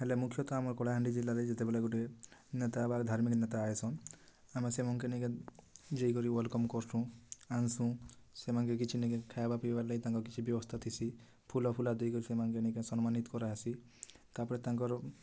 ହେଲେ ମୁଖ୍ୟତଃ ଆମର୍ କଳାହାଣ୍ଡି ଜିଲ୍ଲାରେ ଯେତେବେଳେ ଗୁଟେ ନେତା ବା ଧାର୍ମିକ୍ ନେତା ଆଏସନ୍ ଆମେ ସେମାନ୍ଙ୍କେ ନେଇ ଯାଇକରି ୱେଲ୍କମ୍ କରୁସୁଁ ଆଣ୍ସୁଁ ସେମାନ୍ଙ୍କେ କିଛି ନି କାଏଁ ଖାଇବା ପିଇବାର୍ ଲାଗି ତାଙ୍କର୍ କିିଛି ବ୍ୟବସ୍ଥା ଥିସି ଫୁଲ୍ଫୁଲା ଦେଇକରି ସେମାନ୍ଙ୍କୁ ନେଇ କାଏଁ ସମ୍ମାନିତ୍ କରାହେସି ତା'ର୍ପରେ ତାଙ୍କର୍